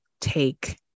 take